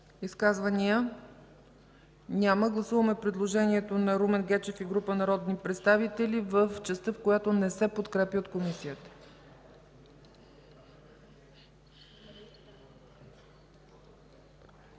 Изказвания? Няма. Гласуваме предложението на Румен Гечев и група народни представители в частта, която не се подкрепя от Комисията.